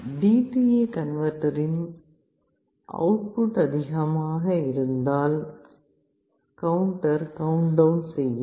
DA கன்வெர்ட்டரின் output அதிகமாக இருந்தால் கவுண்டர் கவுண்ட் டவுன் செய்யும்